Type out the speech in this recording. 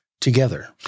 together